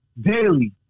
daily